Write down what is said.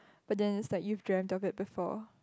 but then it's like you've dreamt of it before